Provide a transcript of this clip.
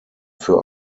für